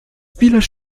village